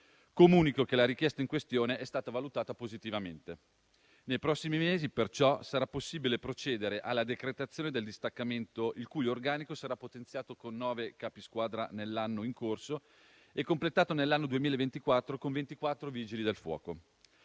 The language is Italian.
Comunico che la richiesta in questione è stata valutata positivamente. Nei prossimi mesi, perciò, sarà possibile procedere alla decretazione del distaccamento, il cui organico sarà potenziato con nove capisquadra nell'anno in corso e completato nell'anno 2024 con ventiquattro Vigili del fuoco.